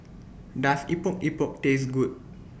Does Epok Epok Taste Good